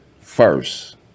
first